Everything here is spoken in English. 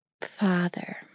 Father